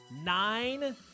Nine